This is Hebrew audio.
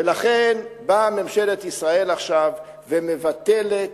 ובאה ממשלת ישראל עכשיו ומבטלת,